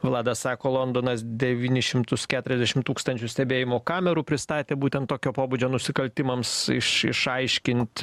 vlada sako londonasdevynis šimtus keturiasdešimt tūkstančių stebėjimo kamerų pristatė būtent tokio pobūdžio nusikaltimams iš išaiškint